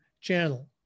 channel